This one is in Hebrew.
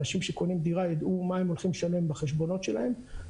אנשים שקונים דירה ידעו מה הם הולכים לשנות בחשבונות שלהם,